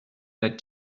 that